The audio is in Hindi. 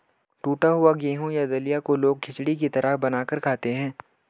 टुटा हुआ गेहूं या दलिया को लोग खिचड़ी की तरह बनाकर खाते है